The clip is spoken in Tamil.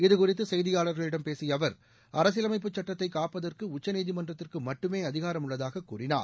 இது குறித்து செய்தியாளர்களிடம் பேசிய அவர் அரசியல் அமைப்பு சுட்டத்தை காப்பதற்கு உச்சநீதிமன்றத்திற்கு மட்டுமே அதிகாரம் உள்ளதாக கூறினார்